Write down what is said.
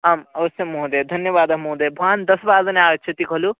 आम् अवश्यं महोदयः धन्यवादः महोदयः भवान् दशवादने आगच्छति खलु